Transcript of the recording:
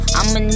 I'ma